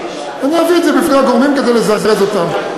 אני אביא את זה בפני הגורמים כדי לזרז אותם.